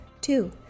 Two